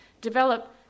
develop